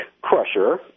crusher